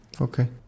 Okay